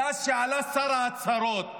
מאז שעלה שר ההצהרות,